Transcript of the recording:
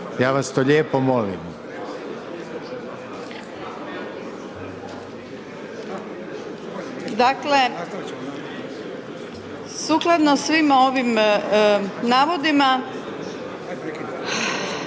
Ja vas to lijepo molim.